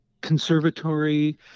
conservatory